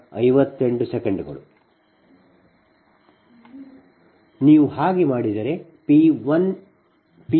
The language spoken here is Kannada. ನೀವು ಹಾಗೆ ಮಾಡಿದರೆ P11